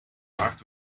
hard